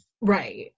right